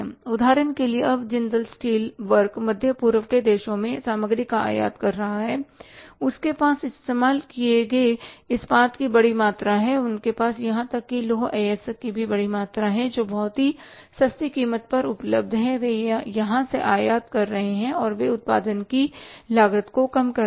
उदाहरण के लिए अब जिंदल स्टील वर्क मध्य पूर्व के देशों से सामग्री का आयात कर रहा है उनके पास इस्तेमाल किए गए इस्पात की बड़ी मात्रा है और उनके पास यहां तक कि लौह अयस्क की भी बड़ी मात्रा है जो बहुत सस्ती कीमत पर उपलब्ध है वे वहां से आयात कर रहे हैं और वे उत्पादन की लागत को कम कर रहे हैं